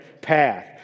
path